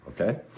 okay